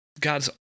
God's